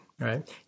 right